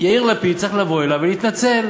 יאיר לפיד צריך לבוא אליו ולהתנצל: